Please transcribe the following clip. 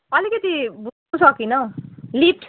अलिकति बझ्नु सकिनँ हौ लिफ्ट